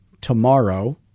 Tomorrow